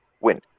win